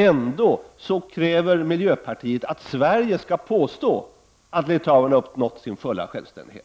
Ändå kräver miljöpartiet att Sverige skall påstå att Litauen har uppnått sin fulla självständighet.